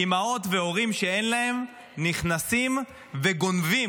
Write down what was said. אימהות והורים שאין להם נכנסים וגונבים,